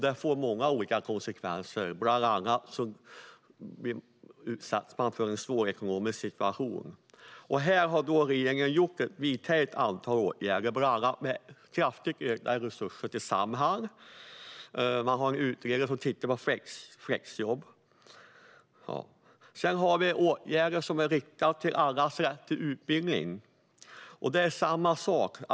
Detta får många olika konsekvenser, bland annat att man sätts i en svår ekonomisk situation. Regeringen har vidtagit ett antal åtgärder här, bland annat kraftigt ökade resurser till Samhall, och man har utredare som tittar på flexjobb. Sedan har vi åtgärder som är inriktade på allas rätt till utbildning, och det är samma sak där.